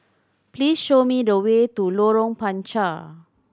please show me the way to Lorong Panchar